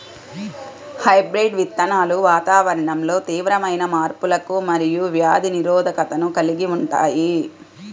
hybrid విత్తనాలు వాతావరణంలో తీవ్రమైన మార్పులకు మరియు వ్యాధి నిరోధకతను కలిగి ఉంటాయి